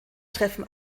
treffen